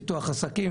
פיתוח עסקים,